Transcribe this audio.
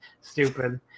stupid